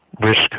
risk